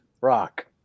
rock